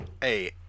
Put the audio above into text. Hey